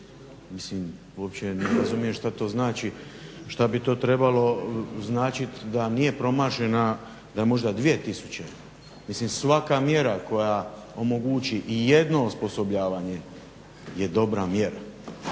Mislim uopće ne razumijem što to znači, šta bi to trebalo značit da nije promašena, da je možda 2000. Svaka mjera koja omogući i jedno osposobljavanje je dobra mjera.